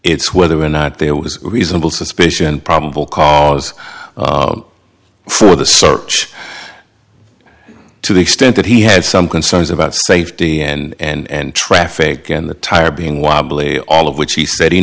it's whether or not there was a reasonable suspicion probable cause for the search to the extent that he had some concerns about safety and traffic in the tire being wobbly all of which he said he